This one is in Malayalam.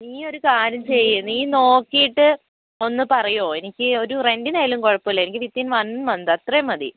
നീ ഒരു കാര്യം ചെയ്യ് നീ നോക്കിയിട്ട് ഒന്ന് പറയുമോ എനിക്ക് ഒരു റെൻറ്റിനായാലും കുഴപ്പമില്ല വിത്തിൻ വൺ മന്ത് അത്രയും മതി